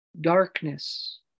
darkness